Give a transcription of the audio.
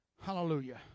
Hallelujah